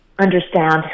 understand